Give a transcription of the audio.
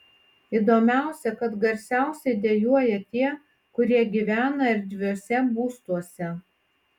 įdomiausia kad garsiausiai dejuoja tie kurie gyvena erdviuose būstuose